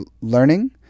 learning